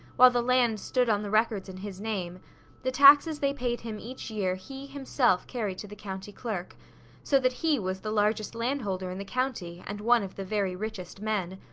while the land stood on the records in his name the taxes they paid him each year he, himself, carried to the county clerk so that he was the largest landholder in the county and one of the very richest men.